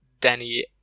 Danny